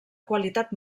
qualitat